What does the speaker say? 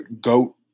goat